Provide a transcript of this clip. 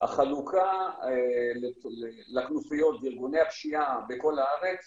החלוקה לכנופיות ולארגוני הפשיעה בכל הארץ